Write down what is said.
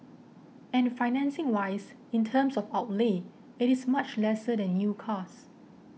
and financing wise in terms of outlay it is much lesser than new cars